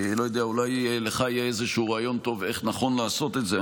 ואולי לך יהיה איזשהו רעיון טוב איך נכון לעשות את זה,